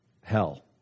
hell